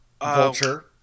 Vulture